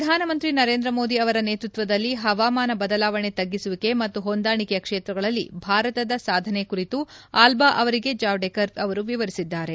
ಪ್ರಧಾನಮಂತ್ರಿ ನರೇಂದ್ರ ಮೋದಿ ಅವರ ನೇತೃತ್ವದಲ್ಲಿ ಹವಾಮಾನ ಬದಲಾವಣೆ ತಗ್ಗಿಸುವಿಕೆ ಮತ್ತು ಹೊಂದಾಣಿಕೆಯ ಕ್ಷೇತ್ರಗಳಲ್ಲಿ ಭಾರತದ ಸಾಧನೆ ಕುರಿತು ಅಲ್ಲಾ ಅವರಿಗೆ ಜಾವೆಡೇಕರ್ ಅವರು ವಿವರಿಸಿದ್ದಾರೆ